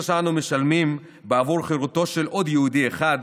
שאנו משלמים בעבור חירותו של עוד יהודי אחד,